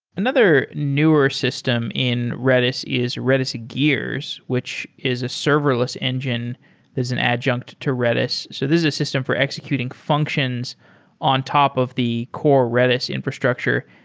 another newer system in redis is redis gears, which is a serverless engine as an adjunct to redis. so this is a system for executing functions on top of the core redis infrastructure.